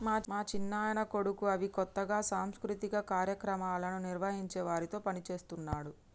మా చిన్నాయన కొడుకు అవి కొత్తగా సాంస్కృతిక కార్యక్రమాలను నిర్వహించే వారితో పనిచేస్తున్నాడు